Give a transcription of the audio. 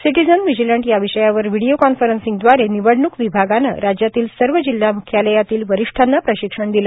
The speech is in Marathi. सिटीजन व्हिजीलंट या विषयावर व्हिडीओकॉर्न्फिसीगव्दारे निवडणूक विभागाने राज्यातील सर्व जिल्हा म्ख्यालयातील वरिष्ठांना प्रशिक्षण दिले